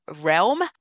realm